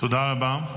תודה רבה.